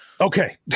Okay